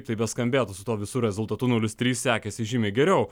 kaip tai beskambėtų su tuo visu rezultatu nulis trys sekėsi žymiai geriau